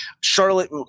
Charlotte